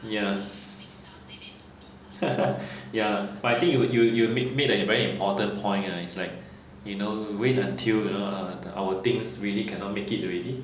ya ya but I think you'd you you made made a very important point lah it's like you know wait until ha our things really cannot make it already